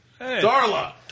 Darla